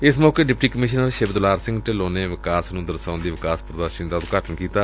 ਏਸ ਮੌਕੇ deputy commissioner Shivdular Singh Dhillon ਨੇਂ ਵਿਕਾਸ ਨੂੰ ਦਰਸਾਉਂਦੀ ਵਿਕਾਸ ਪ੍ਰਦਰਸ਼ਨੀ ਦਾ ਉਦਘਾਟਨ ਕੀਤਾ